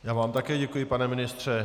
Já vám také děkuji, pane ministře.